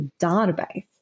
database